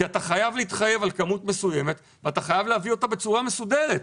אתה חייב להתחייב על כמות מסוימת ולהביא אותה בצורה מסודרת.